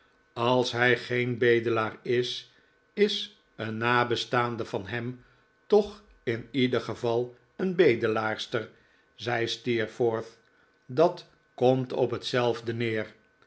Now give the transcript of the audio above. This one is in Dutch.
als hij geen bedelaar is is een nabestaande van hem toch in ieder geval een bedelaarster zei steerforth dat komt op hetzelfde neer